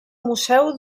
museu